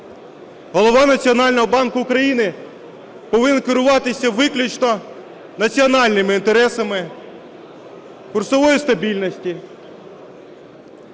Голова Національного банку України повинен керуватися виключно національними інтересами, курсової стабільності,